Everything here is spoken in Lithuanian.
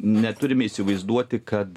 neturime įsivaizduoti kad